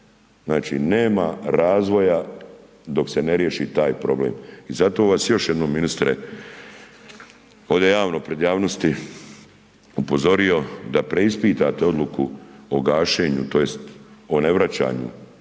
znači nema razvoja dok se riješi taj problem i zato vas još jednom ministre ovdje pred javnosti bi upozorio da preispitate odluku o gašenju, tj. o nevraćanju